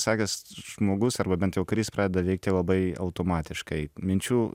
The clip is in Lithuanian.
sakęs žmogus arba bent jau karys pradeda veikti labai automatiškai minčių